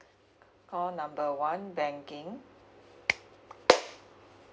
call number one banking